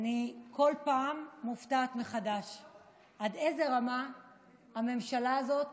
אני כל פעם מופתעת מחדש עד איזו רמה הממשלה הזאת